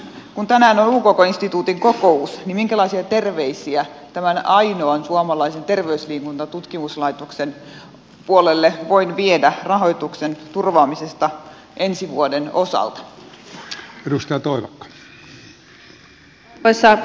kun tänään on ukk instituutin kokous niin minkälaisia terveisiä tämän ainoan suomalaisen terveysliikuntatutkimuslaitoksen puolelle voin viedä rahoituksen turvaamisesta ensi vuoden osalta